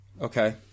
okay